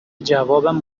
جوابم